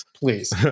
Please